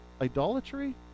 idolatry